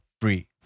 free